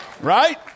Right